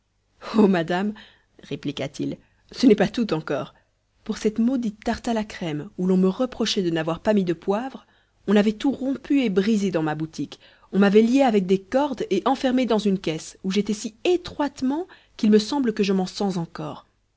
oh madame répliqua-t-il ce n'est pas tout encore pour cette maudite tarte à la crème où l'on me reprochait de n'avoir pas mis de poivre on avait tout rompu et brisé dans ma boutique on m'avait lié avec des cordes et enfermé dans une caisse où j'étais si étroitement qu'il me semble que je m'en sens encore